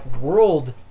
world